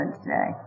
today